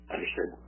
Understood